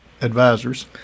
advisors